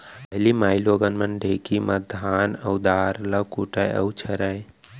पहिली माइलोगन मन ढेंकी म धान अउ दार ल कूटय अउ छरयँ